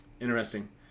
Interesting